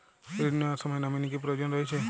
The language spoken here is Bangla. ঋণ নেওয়ার সময় নমিনি কি প্রয়োজন রয়েছে?